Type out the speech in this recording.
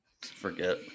forget